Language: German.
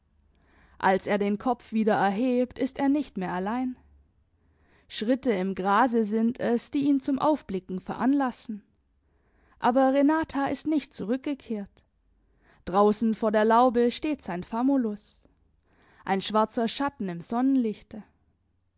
als er den kopf wieder erhebt ist er nicht mehr allein schritte im grase sind es die ihn zum aufblicken veranlassen aber renata ist nicht zurückgekehrt draußen vor der laube steht sein famulus ein schwarzer schatten im sonnenlichte